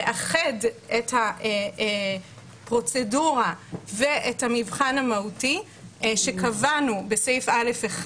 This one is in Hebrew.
לאחד את הפרוצדורה ואת המבחן המהותי שקבענו בסעיף קטן (א1),